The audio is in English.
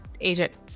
agent